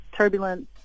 Turbulence